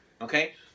Okay